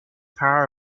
power